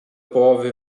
połowy